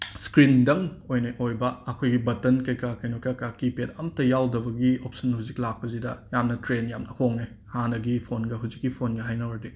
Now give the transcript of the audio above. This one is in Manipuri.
ꯁ꯭ꯀ꯭ꯔꯤꯟꯗꯪ ꯑꯣꯏꯅ ꯑꯣꯏꯕ ꯑꯩꯈꯣꯏꯒꯤ ꯕꯇꯟ ꯀꯩ ꯀꯥ ꯀꯩꯅꯣ ꯀꯩ ꯀꯥ ꯀꯤꯄꯦꯠ ꯑꯃꯇ ꯌꯥꯎꯗꯕꯒꯤ ꯑꯣꯞꯁꯟ ꯍꯧꯖꯤꯛ ꯂꯥꯛꯄꯁꯤꯗ ꯌꯥꯝꯅ ꯀ꯭ꯔꯦꯟ ꯌꯥꯝꯅ ꯍꯣꯡꯉꯦ ꯍꯥꯟꯅꯒꯤ ꯐꯣꯟꯒ ꯍꯨꯖꯤꯛꯀꯤ ꯐꯣꯟꯒ ꯍꯥꯏꯅꯧꯔꯗꯤ